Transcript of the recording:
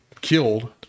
killed